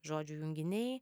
žodžių junginiai